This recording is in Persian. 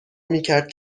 میکرد